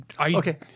Okay